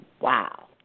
Wow